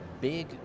big